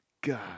God